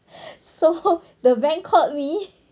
so the bank called we